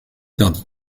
tardy